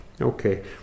Okay